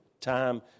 time